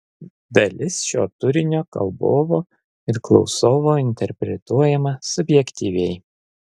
dalis šio turinio kalbovo ir klausovo interpretuojama subjektyviai